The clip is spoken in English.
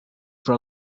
for